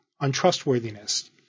untrustworthiness